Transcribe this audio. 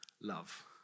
love